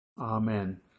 Amen